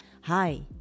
Hi